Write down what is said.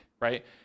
right